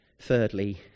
thirdly